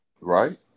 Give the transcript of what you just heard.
Right